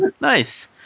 Nice